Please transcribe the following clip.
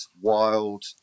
wild